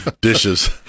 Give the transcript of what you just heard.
dishes